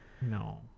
no